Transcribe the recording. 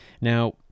now